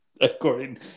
According